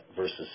versus